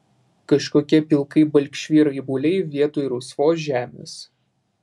kažkokie pilkai balkšvi raibuliai vietoj rusvos žemės